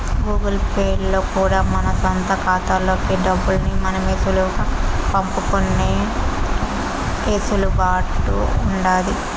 Google pay లో కూడా మన సొంత కాతాల్లోకి డబ్బుల్ని మనమే సులువుగా పంపుకునే ఎసులుబాటు ఉండాది